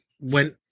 went